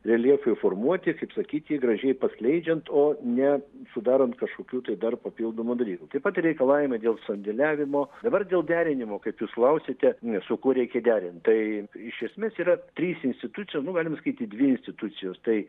reljefui formuoti kaip sakyti jį gražiai paskleidžiant o ne sudarant kažkokių tai dar papildomų dalykų taip pat ir reikalavimai dėl sandėliavimo dabar dėl derinimo kaip jūs klausėte su kuo reikia derint tai iš esmės yra trys institucijos nu galima sakyti dvi institucijos tai